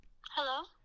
hello